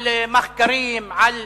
על מחקרים, על